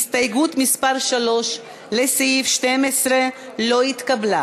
הסתייגות מס' 3 לסעיף 12 לא התקבלה.